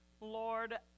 Lord